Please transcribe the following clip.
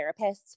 therapists